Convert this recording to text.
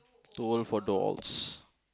too old for dolls